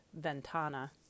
ventana